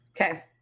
Okay